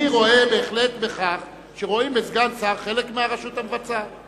אני בהחלט רואה בכך שרואים בסגן שר חלק מהרשות המבצעת.